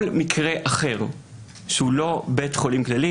כל מקרה אחר שהוא לא בית חולים כללי,